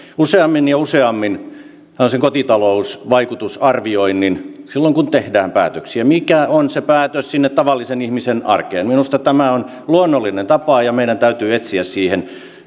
useammin ja useammin tällaisen kotitalousvaikutusarvioinnin silloin kun tehdään päätöksiä mikä on se vaikutus sinne tavallisen ihmisen arkeen minusta tämä on luonnollinen tapa ja meidän täytyy etsiä siihen